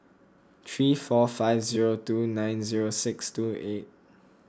three four five zero two nine zero six two eight